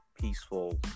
peaceful